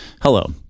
Hello